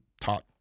taught